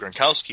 Gronkowski